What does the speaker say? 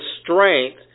strength